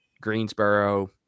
Greensboro